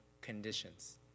conditions